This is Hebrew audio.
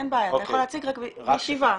בישיבה.